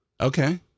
Okay